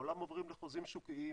בעולם עוברים לחוזים שוקיים.